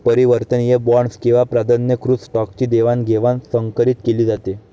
परिवर्तनीय बॉण्ड्स किंवा प्राधान्यकृत स्टॉकची देवाणघेवाण संकरीत केली जाते